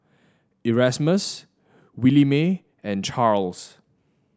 Erasmus Williemae and Charls